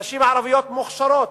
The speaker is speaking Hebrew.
הנשים הערביות מוכשרות.